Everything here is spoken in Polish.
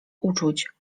uczuć